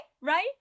right